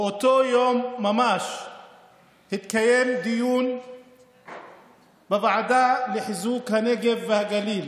באותו יום ממש התקיים דיון בוועדה לחיזוק הנגב והגליל,